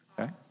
Okay